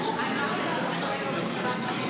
אנחנו עוברים להצבעה על הצעת חוק גמול לחיילים